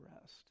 rest